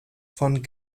von